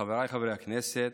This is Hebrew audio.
חבריי חברי הכנסת,